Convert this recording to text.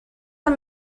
are